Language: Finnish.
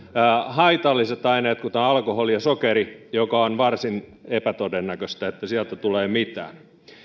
haitalliset aineet kuten alkoholi ja sokeri joiden osalta on varsin epätodennäköistä että sieltä tulee mitään